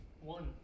One